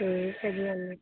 ਠੀਕ ਹੈ ਜੀ ਆਉਂਦੇ